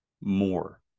more